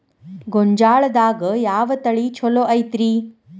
ಗೊಂಜಾಳದಾಗ ಯಾವ ತಳಿ ಛಲೋ ಐತ್ರಿ?